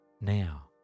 now